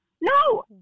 no